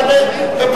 זה לא פרלמנטרי?